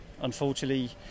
unfortunately